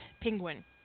Penguin